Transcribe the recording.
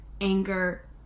anger